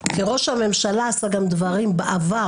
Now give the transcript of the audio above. כי ראש הממשלה עשה גם דברים בעבר,